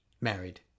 married